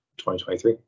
2023